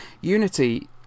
Unity